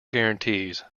guarantees